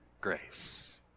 grace